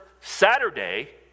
Saturday